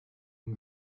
can